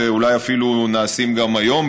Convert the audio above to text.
ואולי אפילו נעשים היום,